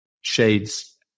shades